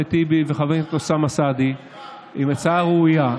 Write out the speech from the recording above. אחמד טיבי וחבר הכנסת אוסאמה סעדי היא הצעה ראויה.